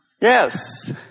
Yes